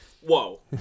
Whoa